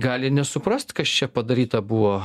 gali nesuprast kas čia padaryta buvo